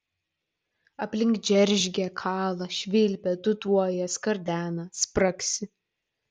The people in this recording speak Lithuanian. aplink džeržgia kala švilpia tūtuoja skardena spragsi